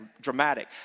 dramatic